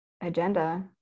agenda